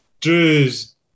Drew's